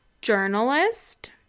journalist